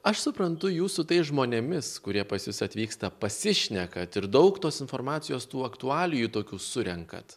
aš suprantu jūs su tais žmonėmis kurie pas jus atvyksta pasišnekat ir daug tos informacijos tų aktualijų tokių surenkat